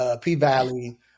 P-Valley